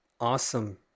awesome